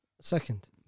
Second